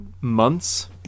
months